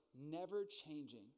never-changing